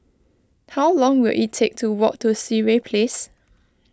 how long will it take to walk to Sireh Place